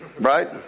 Right